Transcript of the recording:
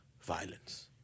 violence